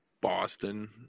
Boston